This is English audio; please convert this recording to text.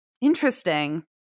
Interesting